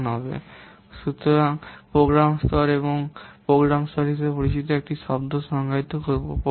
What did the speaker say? programme স্তর সুতরাং এখন আমরা প্রোগ্রাম স্তর হিসাবে পরিচিত অন্য একটি শব্দ সংজ্ঞায়িত করব